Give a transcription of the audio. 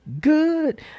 good